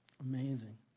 Amazing